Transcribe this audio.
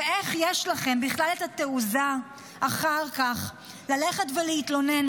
איך יש לכם בכלל את התעוזה אחר כך ללכת ולהתלונן,